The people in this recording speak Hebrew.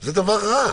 זה דבר רע.